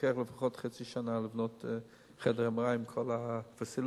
לוקח לפחות חצי שנה לבנות חדר MRI עם כל ה-facilities.